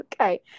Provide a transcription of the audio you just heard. okay